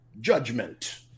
judgment